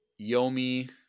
yomi